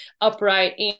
upright